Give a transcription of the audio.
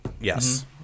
yes